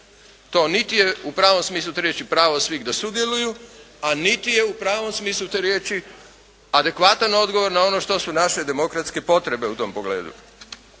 To niti je u pravom smislu te riječi pravo svih da sudjeluju a niti je u pravom smislu te riječi adekvatan odgovor na ono što su naše demokratske potrebe u tom pogledu.